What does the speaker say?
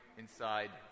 inside